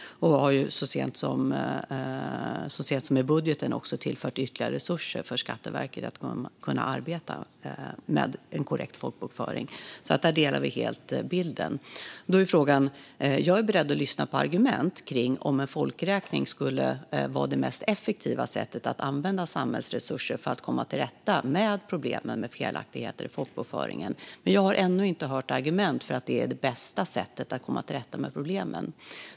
Vi har så sent som i budgeten också tillfört Skatteverket ytterligare resurser så att man ska kunna arbeta med en korrekt folkbokföring. Vi delar helt den bilden. Då uppstår en fråga. Jag är beredd att lyssna på argument kring om en folkräkning skulle vara det mest effektiva sättet att använda samhällsresurser för att komma till rätta med problemen med felaktigheter i folkbokföringen. Men jag har ännu inte hört argument för att det är det bästa sättet att komma till rätta med problemen.